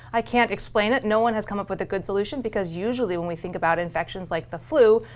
i can't explain it. no one has come up with a good solution. because usually, when we think about infections like the flu,